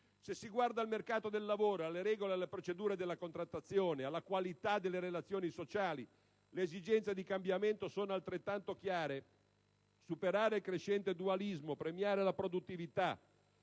Se si guarda al mercato del lavoro, alle regole e alle procedure della contrattazione, alla qualità delle relazioni sociali, le esigenze di cambiamento sono altrettanto chiare: superare il crescente dualismo, premiare la produttività,